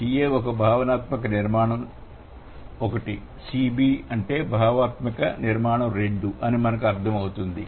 Ca ఒక భావనాత్మక నిర్మాణం1 Cb అంటే భావాత్మక నిర్మాణం2 అని మనకు అర్థం అవుతుంది